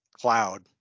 cloud